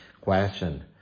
Question